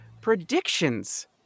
predictions